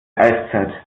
eiszeit